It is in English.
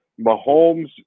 Mahomes